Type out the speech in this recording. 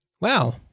Wow